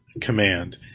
command